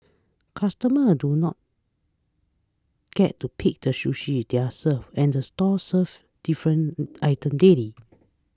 customers do not get to pick the sushi they are served and the store serves different items daily